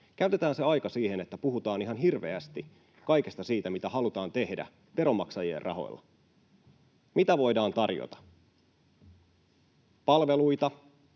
edessä, lavoilla — siihen, että puhutaan ihan hirveästi kaikesta siitä, mitä halutaan tehdä veronmaksajien rahoilla, mitä voidaan tarjota: palveluita,